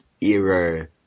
era